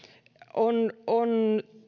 on on